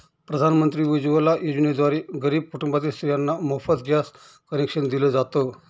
प्रधानमंत्री उज्वला योजनेद्वारे गरीब कुटुंबातील स्त्रियांना मोफत गॅस कनेक्शन दिल जात